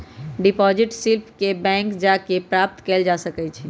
deposit slip के bank जा कऽ प्राप्त कएल जा सकइ छइ